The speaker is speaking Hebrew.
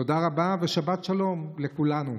תודה רבה ושבת שלום לכולנו.